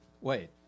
Wait